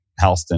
Halston